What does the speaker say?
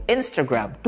Instagram